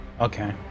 Okay